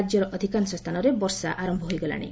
ରାଜ୍ୟର ଅଧିକାଂଶ ସ୍ଥାନରେ ବର୍ଷା ଆରମ୍ଭ ହୋଇଗଲାଣି